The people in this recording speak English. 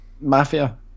mafia